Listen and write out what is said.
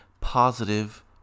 positive